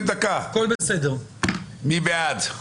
הסתייגות 224. מי בעד?